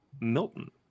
Milton